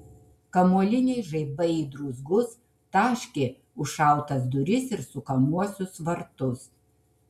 kamuoliniai žaibai į druzgus taškė užšautas duris ir sukamuosius vartus